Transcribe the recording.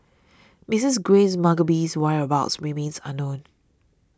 Mrs Grace Mugabe's whereabouts remains unknown